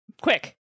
Quick